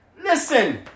Listen